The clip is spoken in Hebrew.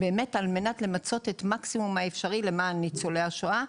על מנת למצות את המקסימום האפשרי למען ניצולי השואה.